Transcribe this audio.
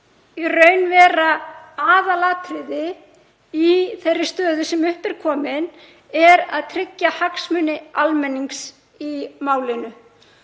í raun vera aðalatriði í þeirri stöðu sem upp er komin er að tryggja hagsmuni almennings í málinu.